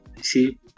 See